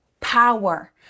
power